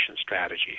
strategy